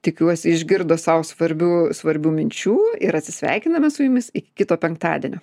tikiuosi išgirdo sau svarbių svarbių minčių ir atsisveikiname su jumis iki kito penktadienio